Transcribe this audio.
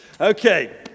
Okay